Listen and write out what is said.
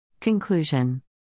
Conclusion